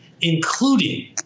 including